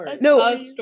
no